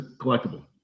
collectible